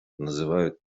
называют